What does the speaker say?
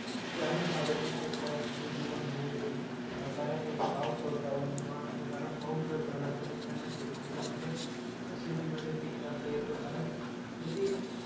ग्रामीण भागातील शेतकऱ्यांचं जीवन हे बऱ्यापैकी पावसावरती अवलंबून असतं कारण पाऊस जर झाला तरच त्यांना शेतीपिकामध्ये शेतीमध्ये पीक करता येतो कारण शेती